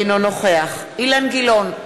אינו נוכח אילן גילאון,